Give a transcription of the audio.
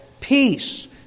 peace